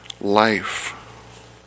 life